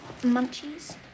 munchies